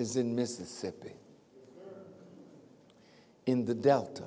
is in mississippi in the delta